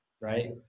right